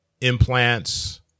implants